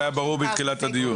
זה היה ברור מתחילת הדיון.